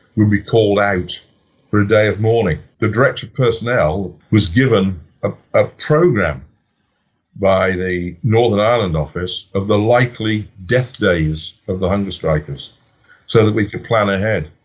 would be called out for a day of mourning. the director of personnel was given ah a program by the northern ireland office of the likely death days of the hunger strikers so that we could plan ahead.